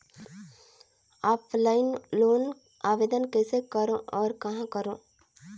Offline loan आवेदन कइसे करो और कहाँ करो?